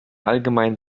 allgemein